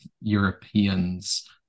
Europeans